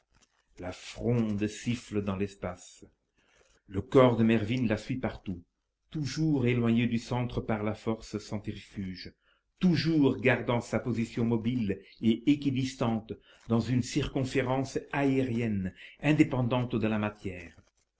la fronde siffle dans l'espace le corps de mervyn la suit partout toujours éloigné du centre par la force centrifuge toujours gardant sa position mobile et équidistante dans une circonférence aérienne indépendante de la matière